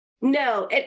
no